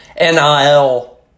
NIL